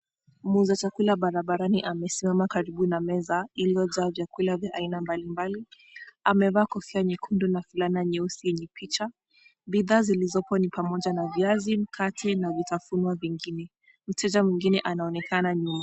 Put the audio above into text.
Muuza chakula barabarani amesimama karibu na meza iliyojaa chakula vya aina mbalimbali, amevaa kofia nyekundu na fulana nyeusi yenye picha. Bidhaa zilizoko ni pamoja na viazi, mkate na vitafunio vingine. Mteja mwingine anaonekana.